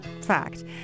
fact